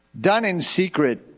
done-in-secret